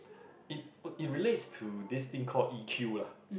it it relates to this thing call E_Q lah